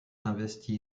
investi